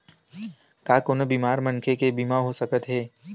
का कोनो बीमार मनखे के बीमा हो सकत हे?